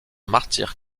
martyr